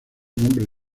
nombre